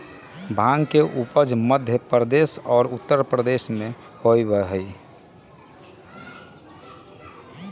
भांग के उपज मध्य प्रदेश और उत्तर प्रदेश में होबा हई